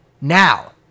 Now